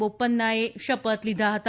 બોપન્નાએ શપથ લીધા હતા